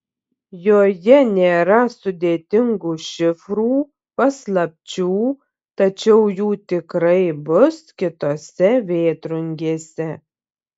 joje nėra sudėtingų šifrų paslapčių tačiau jų tikrai bus kitose vėtrungėse